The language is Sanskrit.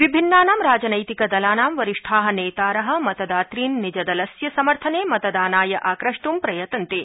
विभिन्नानां राजनैतिकदलानां वरिष्ठा नेतार मतदातृन् निजदलस्य समर्थने मतदानाय आक्रष्ट् प्रयतन्ते